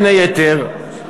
בין היתר,